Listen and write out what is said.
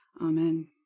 Amen